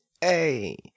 Hey